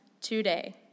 today